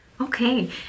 Okay